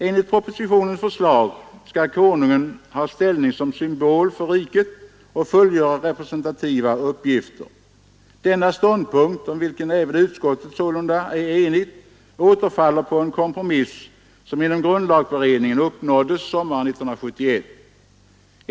Enligt propositionens förslag skall Konungen ha ställning som symbol för riket och fullgöra representativa uppgifter. Denna ståndpunkt, om resultatet av en kompromiss som vilken utskottet sålunda är enig inom grundlagberedningen nåddes sommaren 1971.